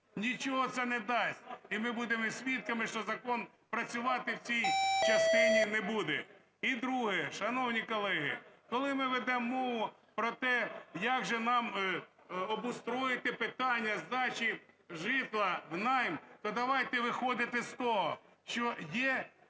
Нічого це не дасть. І ми будемо свідками, що закон працювати в цій частині не буде. І друге, шановні колеги, коли ми ведемо мову про те, як же нам обустроїти питання здачі житла в найм, то давайте виходити з того, що є право